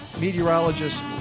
meteorologist